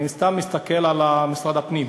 אני, סתם, מסתכל על משרד הפנים,